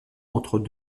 entre